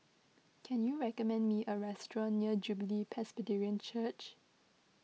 can you recommend me a restaurant near Jubilee Presbyterian Church